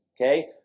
Okay